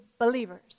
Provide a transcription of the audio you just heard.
Believers